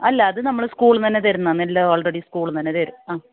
അല്ല അത് നമ്മൾ സ്കൂളിൽ നിന്ന് തന്നെ തരുന്നതാണ് എല്ലാം ഓൾറെഡി സ്കൂളിൽ നിന്ന് തരും ആ